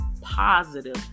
positive